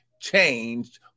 changed